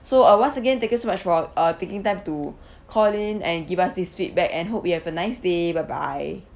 so uh once again thank you so much for uh taking time to call in and give us this feedback and hope you have a nice day bye bye